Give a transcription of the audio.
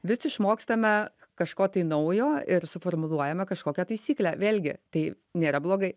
vis išmokstame kažko tai naujo ir suformuluojame kažkokią taisyklę vėlgi tai nėra blogai